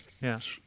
yes